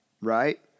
right